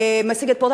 משיג את פירותיו,